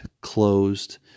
closed